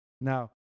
Now